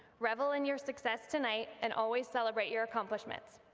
revel in your success tonight and always celebrate your accomplishments.